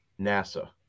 NASA